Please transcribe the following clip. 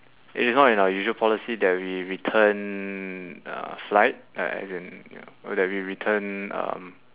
it is not in our usual policy that we return uh flight uh as in you know that we return um